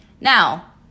Now